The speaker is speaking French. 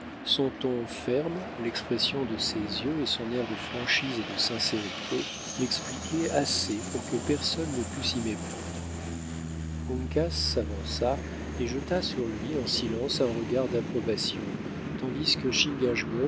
son ton ferme l'expression de ses yeux et son air de franchise et de sincérité l'expliquaient assez pour que personne ne pût s'y méprendre uncas s'avança et jeta sur lui en silence un regard d'approbation tandis que